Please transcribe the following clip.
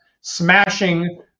smashing